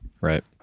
right